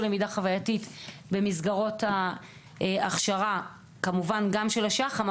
למידה חווייתית במסגרות ההכשרה; גם של השח"מ,